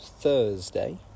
Thursday